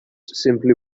simply